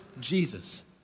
Jesus